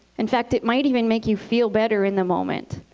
in fact, it might even make you feel better in the moment.